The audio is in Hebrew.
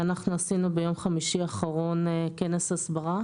עשינו ביום חמישי האחרון כנס הסברה